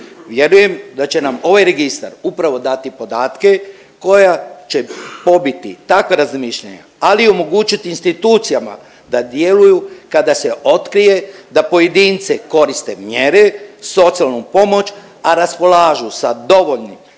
Vjerujem da će nam ovaj registar upravo dati podatke koja će pobiti takve razmišljanja ali i omogućiti institucijama da djeluju kada se otkrije da pojedinci koriste mjere, socijalnu pomoć, a raspolažu sa dovoljno